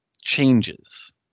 changes